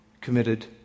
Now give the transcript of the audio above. committed